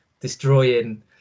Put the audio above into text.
destroying